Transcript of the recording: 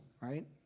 right